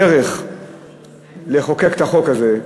הדרך שבה מחוקקים את החוק הזה,